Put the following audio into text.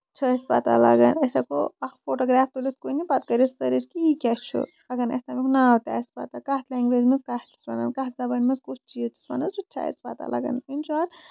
چھےٚ اَسہِ پَتہ لگن أسۍ ہٮ۪کو اکھ فوٹو گریف تُلِتھ کُنہِ پَتہٕ کٔرِتھ سٔرٕچ کہِ یہِ کیاہ چھُ اَگر نہٕ اَسہِ اَمیُک ناو تہِ آسہِ پَتہٕ کَتھ لینگویج منٛز کیاہ چھِس وَنان کَتھ زَبانہِ منٛز کُس چیٖز چھِس وَنان سُہ تہِ چھَس اَسہِ پَتہ لگان اِن شاٹ مطلب